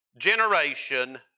generation